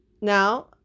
Now